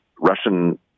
Russian